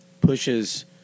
pushes